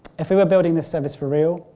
if we were building this service for real,